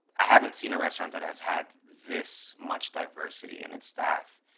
i haven't seen a restaurant that has had this much diversity in its staff,